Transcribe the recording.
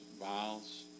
vials